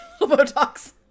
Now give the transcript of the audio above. Botox